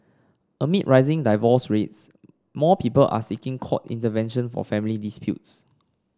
amid rising divorce rates more people are seeking court intervention for family disputes